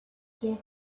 hey